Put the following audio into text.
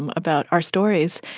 um about our stories.